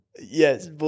yes